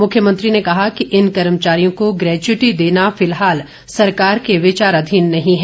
मुख्यमंत्री ने कहा कि इन कर्मचारियों को ग्रेच्यूटी देना फिलहाल सरकार के विचाराधीन नहीं है